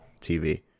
TV